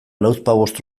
lauzpabost